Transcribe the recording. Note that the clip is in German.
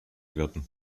werden